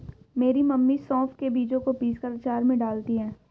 मेरी मम्मी सौंफ के बीजों को पीसकर अचार में डालती हैं